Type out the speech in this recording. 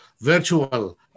virtual